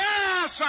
Yes